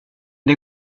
det